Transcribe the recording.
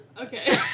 Okay